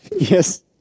Yes